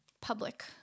public